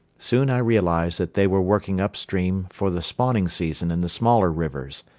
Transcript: soon i realized that they were working up-stream for the spawning season in the smaller rivers.